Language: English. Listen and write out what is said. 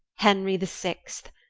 henry the sixt,